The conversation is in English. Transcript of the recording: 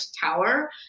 tower